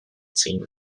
team